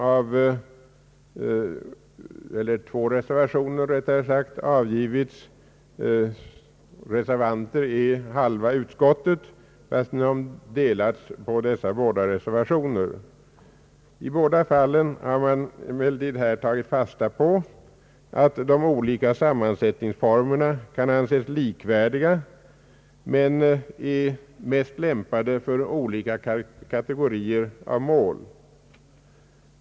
Hälften av utskottets le 44 Nr 29 Ang. enhetlig organisation av de allmänna underrätterna damöter är reservanter, och de har delats upp på dessa båda reservationer. I båda fallen har reservanterna emellertid tagit fasta på att de olika sammansättningsformerna kan anses likvärdiga men att var och en av dem är bäst lämpad för olika kategorier av mål.